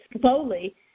slowly